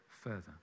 further